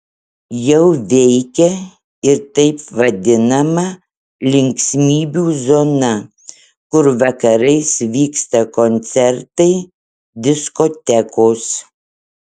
jau veikia ir taip vadinama linksmybių zona kur vakarais vyksta koncertai diskotekos